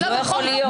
לא יכול להיות.